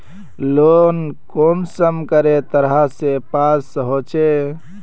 Loan कुंसम करे तरह से पास होचए?